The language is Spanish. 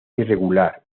irregular